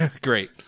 Great